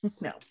No